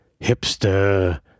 hipster